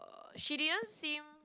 she didn't seem